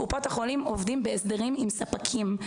קופות החולים עובדות בהסדרים עם ספקים.